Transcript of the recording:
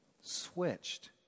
switched